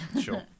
Sure